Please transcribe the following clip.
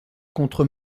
contre